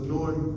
Lord